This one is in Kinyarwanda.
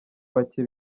bake